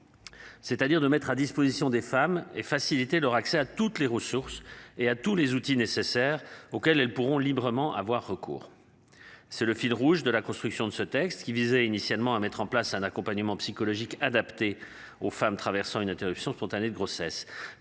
C'est-à-dire de mettre à disposition des femmes et faciliter leur accès à toutes les ressources et à tous les outils nécessaires auxquels elles pourront librement avoir recours. C'est le fil rouge de la construction de ce texte qui visait initialement à mettre en place un accompagnement psychologique adapté aux femmes traversant une interruption spontanée de grossesse